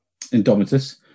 Indomitus